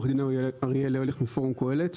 עו"ד אריאל ארליך מפורום קהלת.